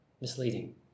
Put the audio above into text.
misleading